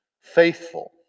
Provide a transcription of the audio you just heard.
Faithful